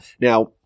Now